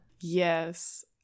Yes